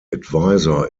advisor